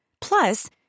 Plus